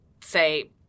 say –